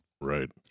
Right